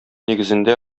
нигезендә